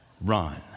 run